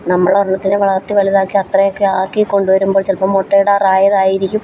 നമ്മൾ ഒരെണ്ണത്തിനെ വളർത്തി വലുതാക്കി അത്രയൊക്കെ ആക്കി കൊണ്ടുവരുമ്പോൾ ചിലപ്പോള് മുട്ടയിടാറായാതായിരിക്കും